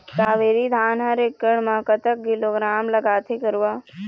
कावेरी धान हर एकड़ म कतक किलोग्राम लगाथें गरवा?